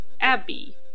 Abby